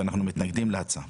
לכן אנחנו מתנגדים להצעה.